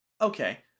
okay